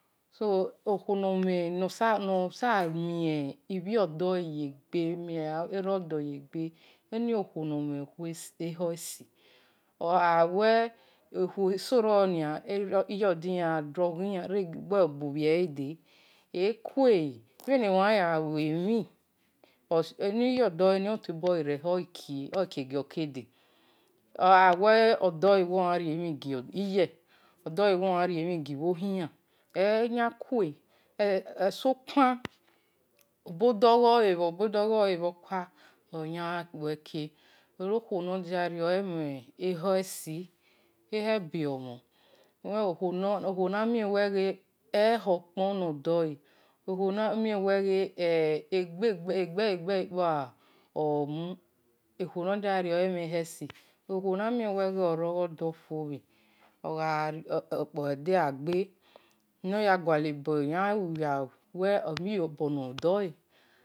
Soo okhuo no sabo mien ibhiodo-leye-gbe otionlie ye gbe onii-khuone mhe ekhesi oghawe ikhue soro-nia iyo deyan gha gbo-bhie he de ekue bhe nekhian y lue mhin iyodiyan khian to bohe re-emhin we ohe bho-riowa eno-dohe we oyan riemhin gibho khin-lan iyo-odohe enokhuo yan khue sokpan ibodogho-lebhor, ibo do gho le bhe kpa oyan gahue mhin kie eno-okhuo nodia nio emhen ekhe-si ekhebe ohe omhon okhuo namien ghe ehoukpon no-dole okhuo namien ghe egbe-le, egbele ole-omu okhuo nodia rio emhin ekhe-si okhuonamien ghe oro-odo fo-bhe edegha-gbe no-ya gua le boya ri-iyo bonodohe.